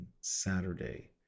Saturday